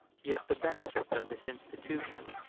yet the benefits of this institution,